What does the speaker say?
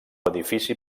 edifici